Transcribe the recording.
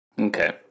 Okay